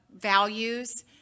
values